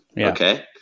Okay